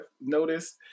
noticed